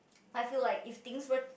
I feel like if things were